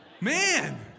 Man